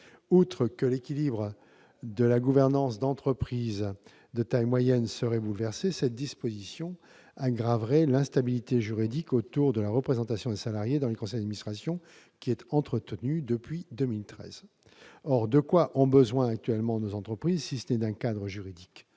Outre que l'équilibre de la gouvernance d'entreprises de taille moyenne serait bouleversé, cette disposition aggraverait l'instabilité juridique autour de la représentation des salariés dans les conseils d'administration qui est entretenue depuis 2013. Or de quoi ont actuellement besoin nos entreprises si ce n'est d'un cadre juridique